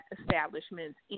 establishments